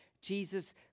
Jesus